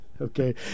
Okay